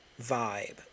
vibe